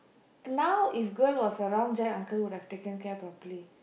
now if girl was around Jack uncle would have taken care properly